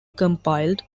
compiled